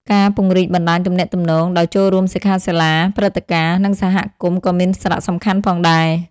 ការ ពង្រីកបណ្តាញទំនាក់ទំនង ដោយចូលរួមសិក្ខាសាលា ព្រឹត្តិការណ៍ និងសហគមន៍ក៏មានសារៈសំខាន់ផងដែរ។